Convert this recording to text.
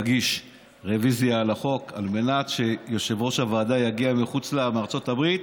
להגיש רוויזיה על החוק על מנת שיושב-ראש הוועדה יגיע מארצות הברית